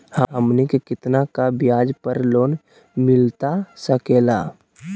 हमनी के कितना का ब्याज पर लोन मिलता सकेला?